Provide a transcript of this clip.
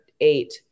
eight